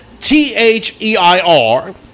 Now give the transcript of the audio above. T-H-E-I-R